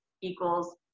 equals